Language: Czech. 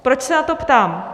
Proč se na to ptám?